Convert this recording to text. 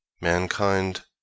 mankind